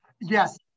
yes